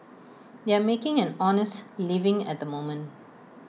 they are making an honest living at the moment